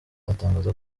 atangaza